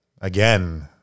again